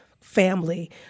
family